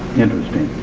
interesting.